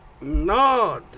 No